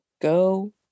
go